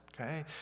okay